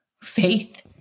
faith